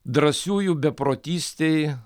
drąsiųjų beprotystei